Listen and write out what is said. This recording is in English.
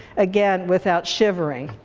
again, without shivering.